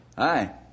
Hi